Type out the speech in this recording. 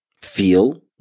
feel